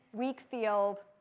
weak field.